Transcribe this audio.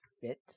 fit